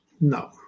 No